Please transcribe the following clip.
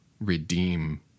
redeem